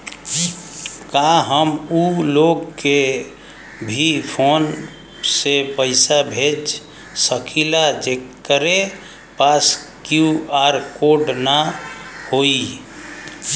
का हम ऊ लोग के भी फोन से पैसा भेज सकीला जेकरे पास क्यू.आर कोड न होई?